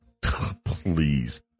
please